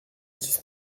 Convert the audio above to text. athis